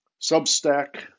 Substack